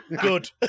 Good